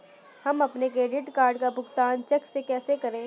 हम अपने credit card का भुगतान चेक से कैसे करें?